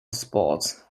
spots